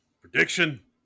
Prediction